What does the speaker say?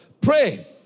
pray